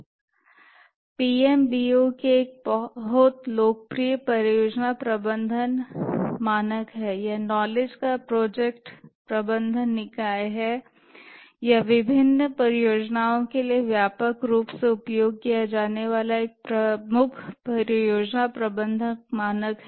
PMBOK एक बहुत लोकप्रिय परियोजना प्रबंधन मानक है यह नॉलेज का प्रोजेक्ट प्रबंधन निकाय है यह विभिन्न परियोजनाओं के लिए व्यापक रूप से उपयोग किया जाने वाला एक प्रमुख परियोजना प्रबंधन मानक है